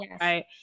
right